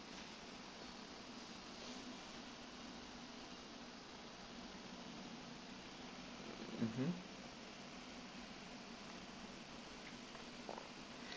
mmhmm